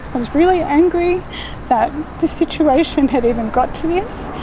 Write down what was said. was really angry that the situation had even got to this.